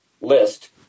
list